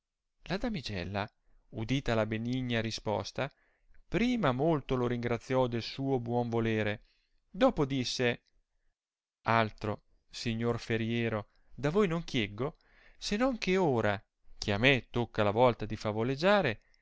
la damigella udita la benigna risposta prima molto lo ringraziò del suo buon volere dopò disse altro signor feriero da voi non chieggo se non che ora che a me tocca la volta di favoleggiare in